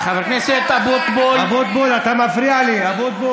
תירגע, תירגע.